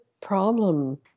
problem